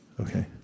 Okay